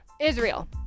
Israel